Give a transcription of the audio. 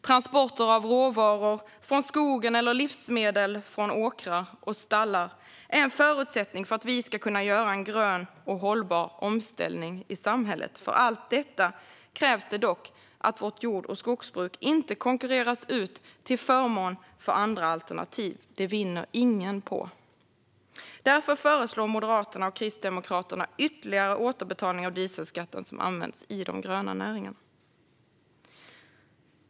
Transporter av råvaror från skogen eller livsmedel från åkrar och stall är en förutsättning för att vi ska kunna göra en grön och hållbar omställning i samhället. För allt detta krävs det dock att vårt jord och skogsbruk inte konkurreras ut till förmån för andra alternativ. Det vinner ingen på. Därför föreslår Moderaterna och Kristdemokraterna ytterligare återbetalning av skatten på den diesel som används i de gröna näringarna.